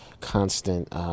constant